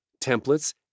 templates